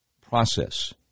process